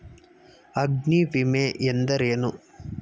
ಅಗ್ನಿವಿಮೆ ಎಂದರೇನು?